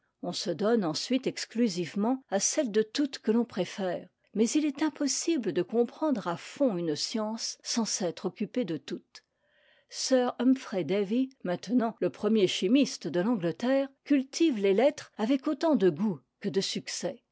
on se donne ensuite exclusivement à celle de toutes que l'on préfère mais il est impossible de comprendre à fond une science sans s'être occupé de toutes sir humphry davy maintenant le premier chimiste de l'angleterre cultive les lettres avec autant de goût que de succès